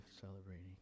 celebrating